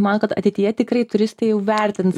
manot kad ateityje tikrai turistai jau vertins